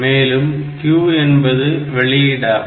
மேலும் Q என்பது வெளியீடாகும்